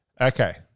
Okay